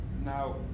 Now